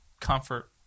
comfort